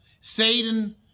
Satan